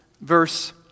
verse